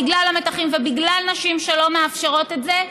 בגלל המתחים ובגלל נשים שלא מאפשרות את זה,